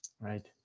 right